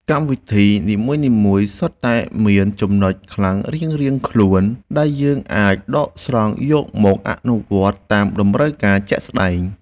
កម្មវិធីនីមួយៗសុទ្ធតែមានចំណុចខ្លាំងរៀងៗខ្លួនដែលយើងអាចដកស្រង់យកមកអនុវត្តតាមតម្រូវការជាក់ស្តែង។